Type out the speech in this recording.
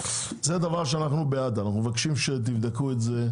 אנחנו בעד הדבר הזה ואנחנו מבקשים שתבדקו את זה.